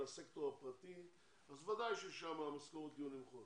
הסקטור הפרטי אז ודאי ששם המשכורות יהיו נמוכות,